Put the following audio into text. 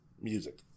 Music